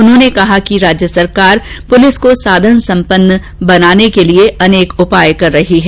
उन्होंने कहा कि राज्य सरकार पुलिस को साधन सम्पन्न बनाने के लिये अनेक उपाय किये हैं